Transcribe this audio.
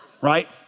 right